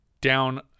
down